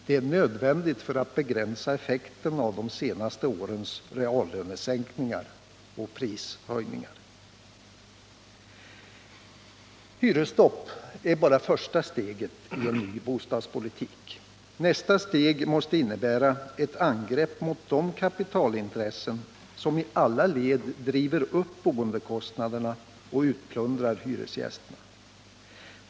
Det är nödvändigt för att begränsa effekterna av de senaste årens reallönesänkningar och prishöjningar. Hyresstopp är bara första steget i en ny bostadspolitik. Nästa steg måste innebära ett angrepp mot de kapitalintressen som i alla led driver upp boendekostnaderna och utplundrar hyresgästerna.